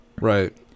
Right